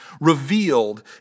revealed